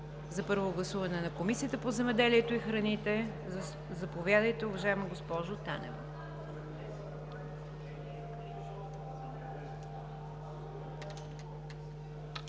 за първо гласуване на Комисията по земеделието и храните. Заповядайте, уважаема госпожо Танева.